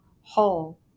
whole